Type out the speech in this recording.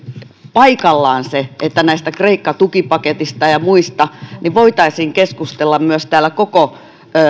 paikallaan se että näistä kreikka tukipaketeista ja muista voitaisiin keskustella myös täällä koko